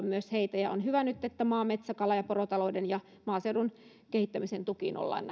myös heitä on hyvä että nyt maa metsä kala ja porotalouden ja maaseudun kehittämisen tukiin ollaan